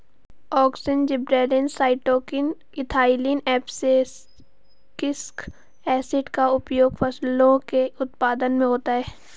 auxin, gibberellins, cytokinin, ethylene, abscisic acid का उपयोग फलों के उत्पादन में होता है